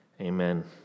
Amen